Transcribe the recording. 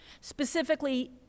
specifically